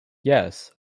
yes